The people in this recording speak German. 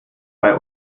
bei